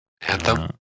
Anthem